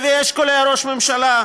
לוי אשכול היה ראש הממשלה,